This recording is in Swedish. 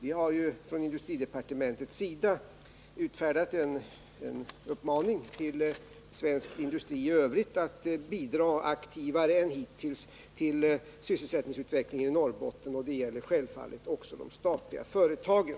Vi har från industridepartementet utfärdat en uppmaning till svensk industri i övrigt att bidra aktivare än hittills till sysselsättningsutvecklingen i Norrbotten, och det gäller självfallet också de statliga företagen.